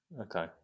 Okay